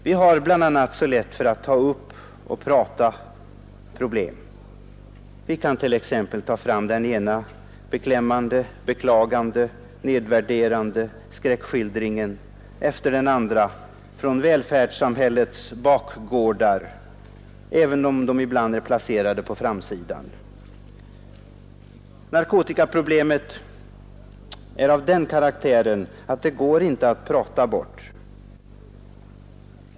Vi har så lätt för att prata om problem, vi kan, beklagande och nedvärderande, ta fram den ena beklämmande skräckskildringen efter den andra från välfärdssamhällets bakgårdar, även om de ibland är placerade på framsidan. Men narkotikaproblemet är av den karaktären att det inte går att prata bort det.